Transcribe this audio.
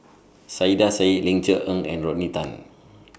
Saiedah Said Ling Cher Eng and Rodney Tan